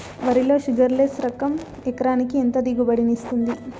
వరి లో sugarless less రకం ఎకరాకి ఎంత దిగుబడినిస్తుంది